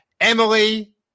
Emily